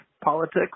politics